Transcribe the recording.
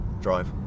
drive